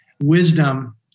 wisdom